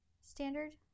standard